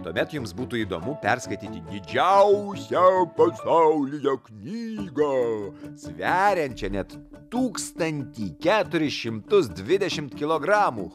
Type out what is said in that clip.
tuomet jums būtų įdomu perskaityti didžiausią pasaulyje knygą sveriančią net tūkstantį keturis šimtus dvidešimt kilogramų